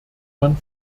man